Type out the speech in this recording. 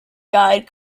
guide